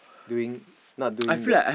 doing not doing the